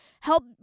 help